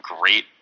great